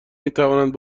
میتوانند